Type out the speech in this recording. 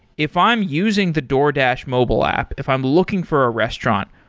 if i'm using the doordash mobile app, if i'm looking for a restaurant,